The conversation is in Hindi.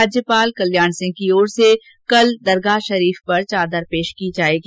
राज्यपाल कल्याण सिंह की ओर से कल दरगाह शरीफ पर चादर पेश की जाएगी